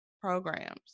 programs